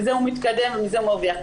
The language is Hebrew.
מזה הוא מתקדם ומזה הוא מרוויח.